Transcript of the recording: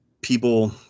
people